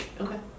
Okay